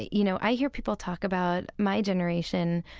you know, i hear people talk about my generation,